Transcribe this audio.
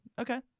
okay